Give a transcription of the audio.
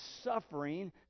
suffering